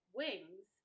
wings